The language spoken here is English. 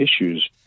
issues